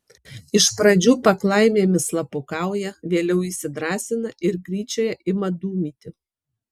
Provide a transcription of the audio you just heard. iš pradžių paklaimėmis slapukauja vėliau įsidrąsina ir gryčioje ima dūmyti